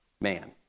man